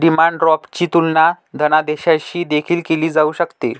demand ड्राफ्टची तुलना धनादेशाशी देखील केली जाऊ शकते